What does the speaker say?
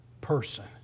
person